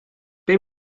beth